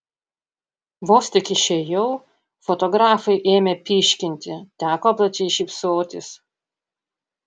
vos tik išėjau fotografai ėmė pyškinti teko plačiai šypsotis